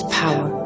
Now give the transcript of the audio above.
power